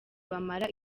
bamara